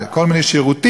כל מיני שירותים,